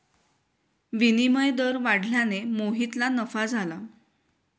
विनिमय दर वाढल्याने मोहितला नफा झाला